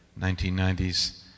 1990s